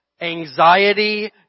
anxiety